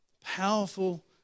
powerful